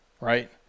right